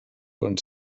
van